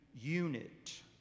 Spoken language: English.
unit